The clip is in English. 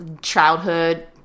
childhood